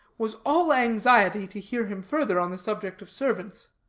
was all anxiety to hear him further on the subject of servants.